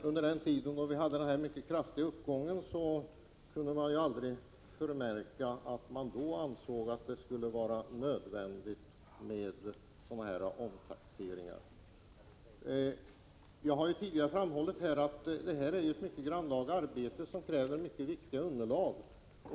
Under den tid då det skedde en mycket kraftig uppgång, kunde det emellertid aldrig förmärkas att man ansåg det nödvändigt med omtaxeringar. Jag har här tidigare framhållit att detta är ett mycket grannlaga arbete som kräver mycket goda underlag.